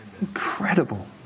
incredible